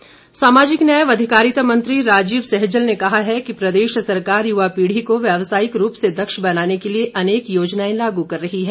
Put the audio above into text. सैहजल सामाजिक न्याय व अधिकारिता मंत्री राजीव सैहजल ने कहा है कि प्रदेश सरकार युवा पीढ़ी को व्यावसायिक रूप से दक्ष बनाने के लिए अनेक योजनाएं लागू कर रही है